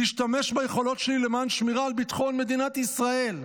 להשתמש ביכולות שלי למען שמירה על ביטחון מדינת ישראל.